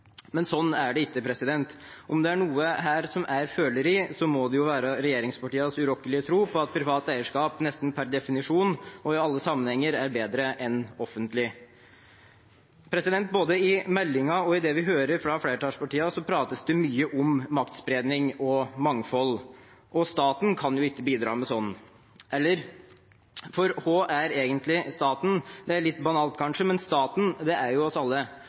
Men sånn er det ikke. Om det er noe her som er føleri, må det være regjeringspartienes urokkelig tro på at privat eierskap nesten per definisjon og i alle sammenhenger er bedre enn offentlig eierskap. Både i meldingen og i det vi hører fra flertallspartiene, prates det mye om maktspredning og mangfold. Og staten kan ikke bidra med sånt. Eller? Hva er egentlig staten? Det er litt banalt, kanskje, men staten er oss alle.